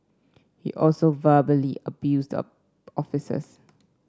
he also verbally abused the officers